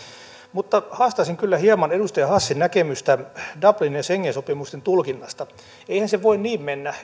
mutta haastaisin kyllä hieman edustaja hassin näkemystä dublin ja schengen sopimusten tulkinnasta eihän se voi niin mennä